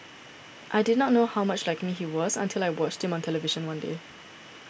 I did not know how much like me he was until I watched him on television one day